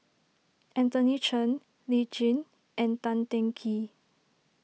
Anthony Chen Lee Tjin and Tan Teng Kee